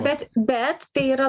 bet bet tai yra